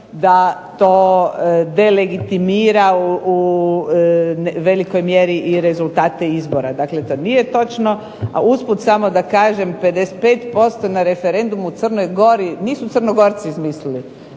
da to delegitimira u velikoj mjeri i rezultate izbora. Dakle to nije točno, a usput samo da kažem 55% na referendumu u Crnoj Gori nisu Crnogorci izmislili,